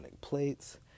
plates